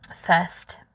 first